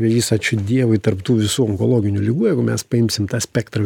vėžys ačiū dievui tarp tų visų onkologinių ligų jeigu mes paimsim tą spektrą